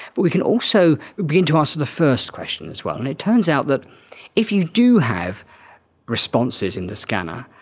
but we can also begin to answer the first question as well. and it turns out that if you do have responses in the scanner,